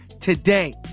today